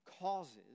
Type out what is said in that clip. causes